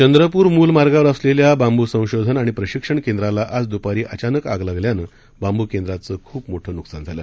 चंद्रपूर मूल मार्गावर असलेल्या बांबू संशोधन आणि प्रशिक्षण केंद्राला आज दुपारी अचानक आग लागल्यानं बांबू केंद्राचे खूप मोठं नुकसान झालं